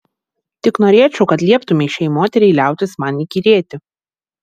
tik norėčiau kad lieptumei šiai moteriai liautis man įkyrėti